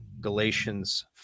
Galatians